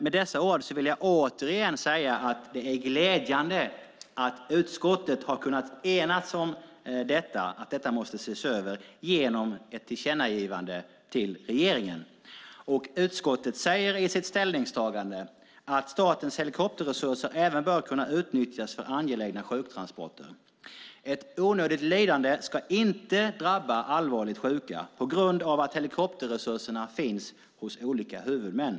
Med dessa ord vill jag återigen säga att det är glädjande att utskottet har kunnat enas om att detta måste ses över genom ett tillkännagivande till regeringen. Utskottet säger i sitt ställningstagande att statens helikopterresurser även bör kunna utnyttjas för angelägna sjuktransporter. Ett onödigt lidande ska inte drabba allvarligt sjuka på grund av att helikopterresurserna finns hos olika huvudmän.